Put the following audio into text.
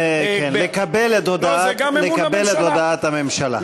זה לקבל את הודעת הממשלה.